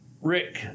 Rick